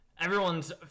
everyone's